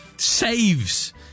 saves